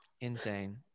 Insane